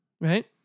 Right